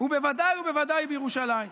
ובוודאי ובוודאי בירושלים.